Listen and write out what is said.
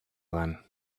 sein